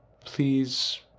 please